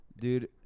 Dude